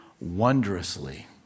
wondrously